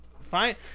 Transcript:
fine